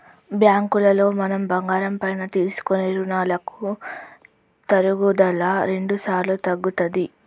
బ్యాంకులో మనం బంగారం పైన తీసుకునే రుణాలకి తరుగుదల రెండుసార్లు తగ్గుతది